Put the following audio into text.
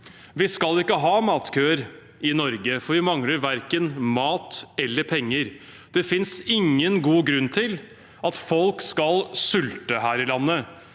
Vi skal ikke ha matkøer i Norge, for vi mangler verken mat eller penger. Det finnes ingen god grunn til at folk skal sulte her i landet.